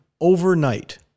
overnight